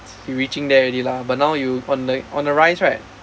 you reaching there already lah but now you on the on the rise right